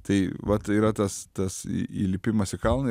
tai vat yra tas tas į įlipimas į kalną